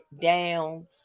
down